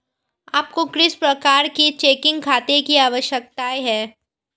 आपको किस प्रकार के चेकिंग खाते की आवश्यकता है?